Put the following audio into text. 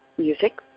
music